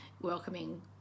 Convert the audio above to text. welcoming